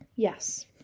Yes